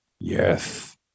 yes